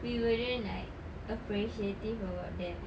we wouldn't like appreciative about that